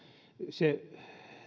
se